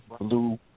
blue